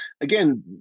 again